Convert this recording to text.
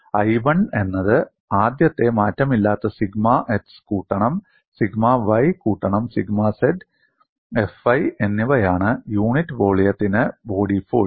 I 1 എന്നത് ആദ്യത്തെ മാറ്റമില്ലാത്ത സിഗ്മ x കൂട്ടണം സിഗ്മ y കൂട്ടണം സിഗ്മ z Fi എന്നിവയാണ് യൂണിറ്റ് വോളിയത്തിന് ബോഡി ഫോഴ്സ്